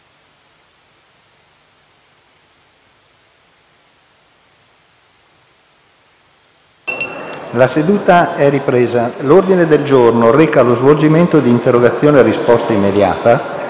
una nuova finestra"). L'ordine del giorno reca lo svolgimento di interrogazioni a risposta immediata